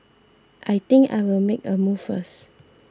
I think I'll make a move first